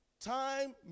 Time